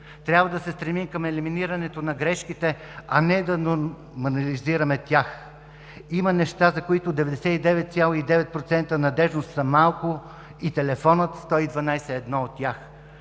Трябва да се стремим към елиминирането на грешките, а не да анализираме тях. Има неща, за които 99,9% надеждност са малко и телефон 112 е едно от тях.